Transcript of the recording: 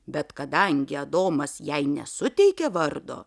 bet kadangi adomas jai nesuteikė vardo